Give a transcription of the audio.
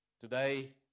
Today